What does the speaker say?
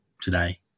today